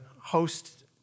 host